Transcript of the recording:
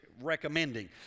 recommending